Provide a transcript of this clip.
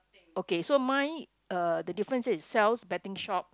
okay so mine uh the difference is Sal's betting shop